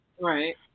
Right